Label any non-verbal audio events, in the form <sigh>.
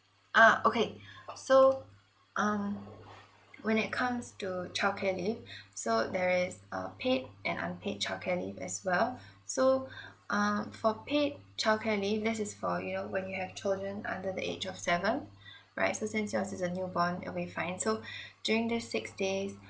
ah okay so um when it comes to childcare leave so there is a paid and unpaid childcare leave as well so um for paid childcare leave this is for you know when you have children under the age of seven right so since yours is a newborn will be fine so <breath> during these six days